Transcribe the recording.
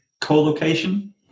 co-location